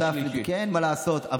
שותף, אין מה לעשות.